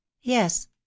yes